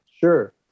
sure